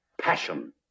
passion